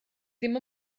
ddim